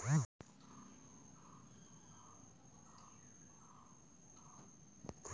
লাম্বরের মেলাগিলা গুন্ আছে যেমন সেটা ফার্নিচার আর আগুনের জ্বালানি হিসেবে ব্যবহার হউক